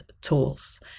tools